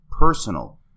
personal